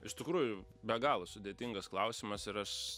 iš tikrųjų be galo sudėtingas klausimas ir aš